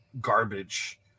garbage